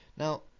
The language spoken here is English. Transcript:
Now